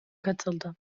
katıldı